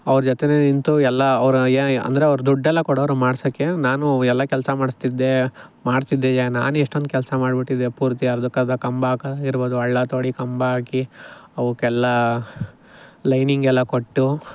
ಅವ್ರ ಜೊತೆ ನಿಂತು ಎಲ್ಲ ಅವರ ಅಂದರೆ ಅವ್ರು ದುಡ್ಡೆಲ್ಲ ಕೊಡೋರು ಮಾಡ್ಸೋಕ್ಕೆ ನಾನು ಎಲ್ಲ ಕೆಲಸ ಮಾಡಿಸ್ತಿದ್ದೆ ಮಾಡ್ತಿದ್ದೆ ನಾನೇ ಎಷ್ಟೊಂದು ಕೆಲಸ ಮಾಡಿಬಿಟ್ಟಿದ್ದೆ ಪೂರ್ತಿ ಅರ್ಧಕರ್ಧ ಕಂಬ ಹಾಕೋದಿರ್ಬೌದು ಹಳ್ಳ ತೋಡಿ ಕಂಬ ಹಾಕಿ ಅವುಕ್ಕೆಲ್ಲ ಲೈನಿಂಗೆಲ್ಲ ಕೊಟ್ಟು